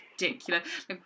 ridiculous